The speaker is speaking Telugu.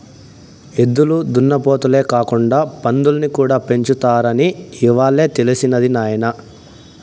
ఎద్దులు దున్నపోతులే కాకుండా పందుల్ని కూడా పెంచుతారని ఇవ్వాలే తెలిసినది నాయన